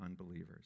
unbelievers